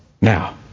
Now